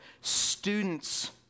students